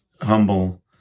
humble